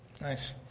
Nice